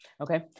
Okay